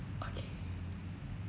okay